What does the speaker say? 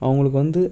அவங்களுக்கு வந்து